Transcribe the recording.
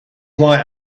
why